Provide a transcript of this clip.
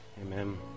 amen